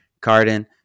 Carden